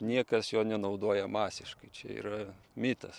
niekas jo nenaudoja masiškai čia yra mitas